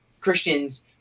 Christians